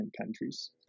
countries